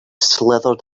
slithered